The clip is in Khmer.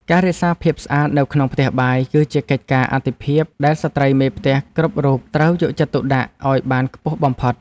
ការរក្សាភាពស្អាតនៅក្នុងផ្ទះបាយ គឺជាកិច្ចការអាទិភាពដែលស្ត្រីមេផ្ទះគ្រប់រូបត្រូវយកចិត្តទុកដាក់ឱ្យបានខ្ពស់បំផុត។